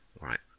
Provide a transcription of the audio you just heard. right